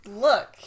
Look